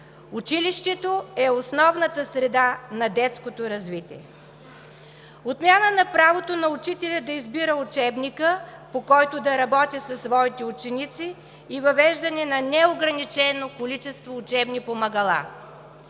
Училището е основната среда на детското развитие. „Отмяна на правото на учителя да избира учебника, по който да работи със своите ученици и въвеждане на неограничено количество учебни помагала“.